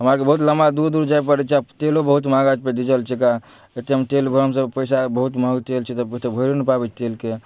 हमरा आरके बहुत लंबा दूर दूर जाए पड़ैत छै आब तेलो बहुत महगा डीजल छीका एहिठाम तेल पे हमर सबमे पैसा बहुत महग तेल छै एतेक भए नहि पाबैत छै तेलके